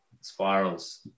spirals